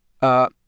Uh